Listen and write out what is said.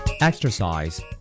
Exercise